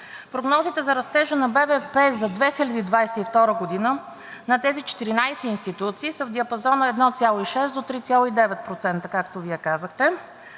прогнозите за растежа на БВП за 2022 г. на тези 14 институции са в диапазона 1,6 до 3,9%, както Вие казахте